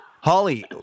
Holly